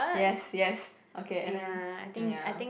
yes yes okay and then ya